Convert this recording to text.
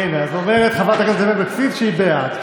הינה, אז אומרת חברת הכנסת אבקסיס שהיא בעד.